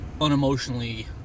unemotionally